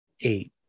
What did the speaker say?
eight